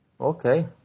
Okay